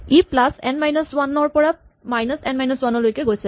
ই plus n minus one ৰ পৰা minus n minus one লৈকে গৈছে